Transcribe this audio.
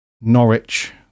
Norwich